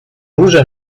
róże